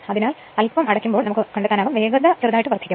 അതിനാൽ അൽപ്പം അടയ്ക്കുമ്പോൾ വേഗം കണ്ടെത്താനാകും വേഗത ചെറുതായി വർദ്ധിക്കും